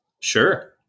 Sure